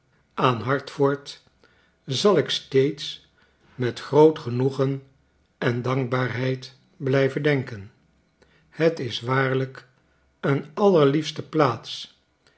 aan hartford zal ik steeds met groot genoegen en dankbaarheid blijven denken hetis waarlijk een allerliefste plaats